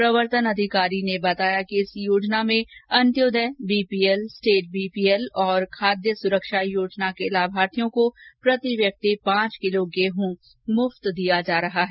प्रवर्तन अधिकारी ने बताया कि इस योजना के तहत अन्त्योदय बीपीएल स्टेट बीपीएल और खाद्य सुरक्षा योजना के लाभार्थियों को प्रति व्यक्ति पांच किलो गेहूं मुफ्त दिया जा रहा है